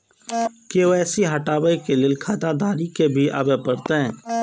KYC हटाबै के लैल खाता धारी के भी आबे परतै?